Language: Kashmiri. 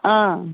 آ